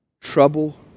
trouble